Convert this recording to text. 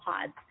pods